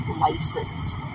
license